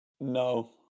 No